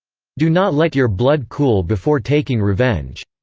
do not let your blood cool before taking revenge.